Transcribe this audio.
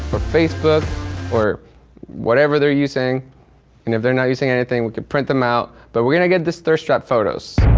or facebook or whatever they're using. and if they're not using anything we can print them out, but we're gonna get this thirst trap photos.